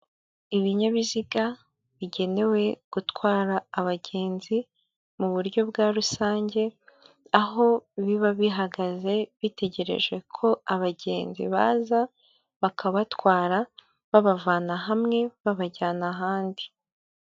Ibinyabiziga bigenewe gutwara abagenzi mu buryo bwa rusange, aho biba bihagaze bitegereje ko abagenzi baza bakabatwara, babavana hamwe babajyana ahandi.